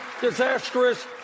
disastrous